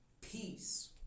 Peace